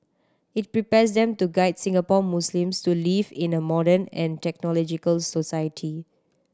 it prepares them to guide Singapore Muslims to live in a modern and technological society